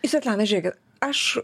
svetlana žiūrėkit aš